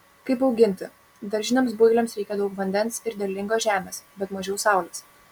kaip auginti daržiniams builiams reikia daug vandens ir derlingos žemės bet mažiau saulės